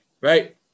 right